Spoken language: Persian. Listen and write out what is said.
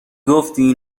گفتی